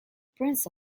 prince